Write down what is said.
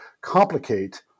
complicate